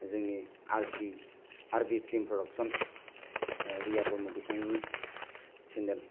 जोंनि R B film production Riya Brahma बिथांनि channel